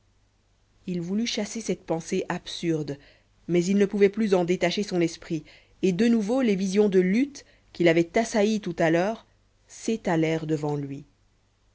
il voulut chasser cette pensée absurde mais il ne pouvait plus en détacher son esprit et de nouveau les visions de lutte qui l'avaient assailli tout à l'heure s'étalèrent devant lui